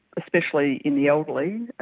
especially in the elderly,